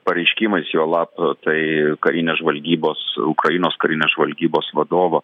pareiškimais juolab tai karinės žvalgybos ukrainos karinės žvalgybos vadovo